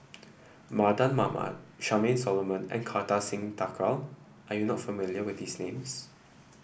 Mardan Mamat Charmaine Solomon and Kartar Singh Thakral are you not familiar with these names